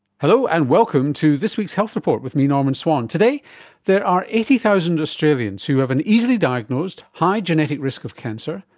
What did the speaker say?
hello and welcome to this week's health report with me, norman swann. today there are eighty thousand australians who have an easily diagnosed high genetic risk of cancer.